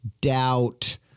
doubt